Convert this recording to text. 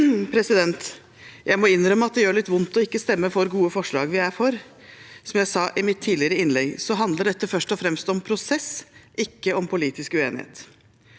Jeg må innrømme at det gjør litt vondt å ikke stemme for gode forslag vi er for. Som jeg sa i mitt tidligere innlegg, handler dette først og fremst om prosess, ikke om politisk uenighet.